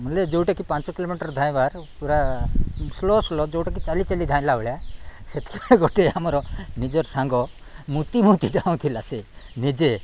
ବଲେ ଯେଉଁଟାକି ପାଞ୍ଚ କିଲୋମିଟର ଧାଇଁବାର ପୁରା ସ୍ଲୋ ସ୍ଲୋ ଯେଉଁଟାକି ଚାଲି ଚାଲି ଧାଇଁଲା ଭଳିଆ ସେତିକିବେଳେ ଗୋଟେ ଆମର ନିଜର ସାଙ୍ଗ ମୁତିମୁତି ଯାଉଥିଲା ସେ ନିଜେ